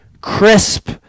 crisp